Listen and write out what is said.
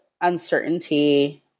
uncertainty